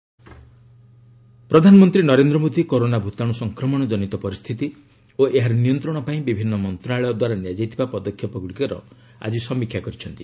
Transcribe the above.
PM corona ପ୍ରଧାନମନ୍ତ୍ରୀ Narendra Modi corona ଭୂତାଣୁ ସଂକ୍ରମଣ ଜନିତ ପରିସ୍ଥିତି ଓ ଏହାର ନିୟନ୍ତ୍ରଣ ପାଇଁ ବିଭିନ୍ନ ମନ୍ତ୍ରଣାଳୟ ଦ୍ୱାରା ନିଆଯାଇଥିବା ପଦକ୍ଷେପଗୁଡ଼ିକର ଆଜି ସମୀକ୍ଷା କରିଛନ୍ତି